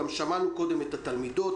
גם שמענו קודם את התלמידות.